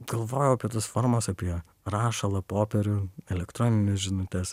galvojau apie tas formas apie rašalą popierių elektronines žinutes